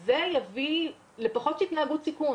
זה אף פעם לא יכול להיות רק המערכה של משרד החינוך.